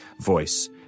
voice